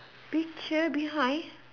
picture behind